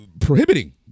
prohibiting